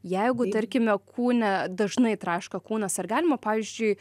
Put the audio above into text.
jeigu tarkime kūne dažnai traška kūnas ar galima pavyzdžiui